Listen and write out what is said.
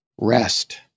rest